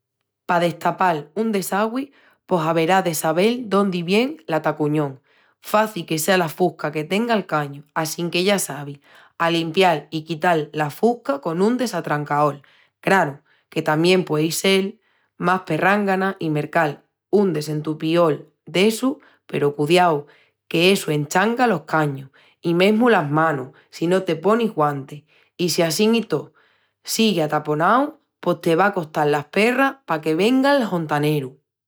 Pa destapal un desagüi, pos averá de sabel dóndi vien l'atacuñón. Faci que sea la fusca que tenga'l cañu assinque ya sabis, a limpial i quital la fusca con un desatrancaol. Craru que tamién puei sel más perrángana i mercal un desentupiol d'essus peru cudiau qu'essu eschanga los cañus i mesmu las manus si no te ponis guantis. I si assín i tó, sigui ataponau pos te va a costal las perras que venga'l hontaneru.